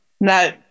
no